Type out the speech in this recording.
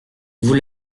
vous